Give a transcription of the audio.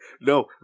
No